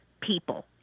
people